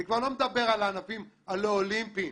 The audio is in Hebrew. אני כבר לא מדבר על הענפים הלא אולימפיים,